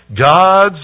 God's